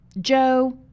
Joe